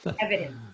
evidence